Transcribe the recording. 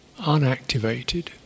unactivated